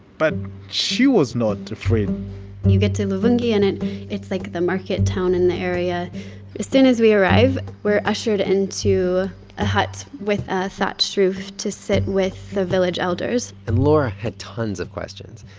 but she was not afraid you get to luvungi, and and it's, like, the market town in the area. as soon as we arrive, we're ushered into a hut with a thatched roof to sit with the village elders and laura had tons of questions.